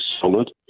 solid